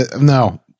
no